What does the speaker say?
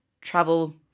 travel